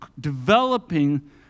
developing